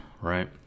right